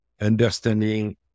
understanding